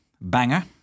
banger